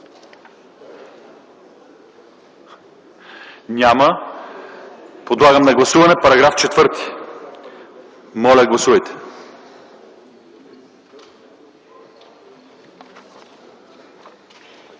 Няма. Подлагам на гласуване § 3. Моля, гласувайте.